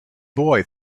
boy